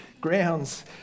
grounds